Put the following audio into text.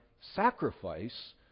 sacrifice